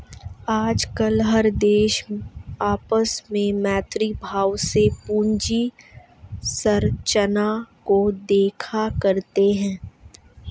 आजकल हर देश आपस में मैत्री भाव से पूंजी संरचना को देखा करता है